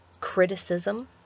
criticism